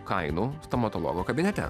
kainų stomatologo kabinete